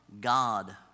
God